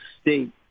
State